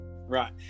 right